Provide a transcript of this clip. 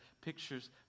pictures